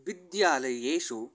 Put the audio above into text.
विद्यालयेषु